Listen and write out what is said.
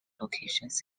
locations